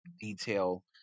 detail